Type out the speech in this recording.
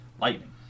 lightning